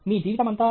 మీ జీవితమంతా